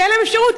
תן להם אפשרות.